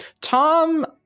Tom